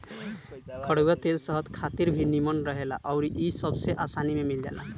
कड़ुआ तेल सेहत खातिर भी निमन रहेला अउरी इ सबसे आसानी में मिल जाला